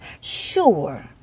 sure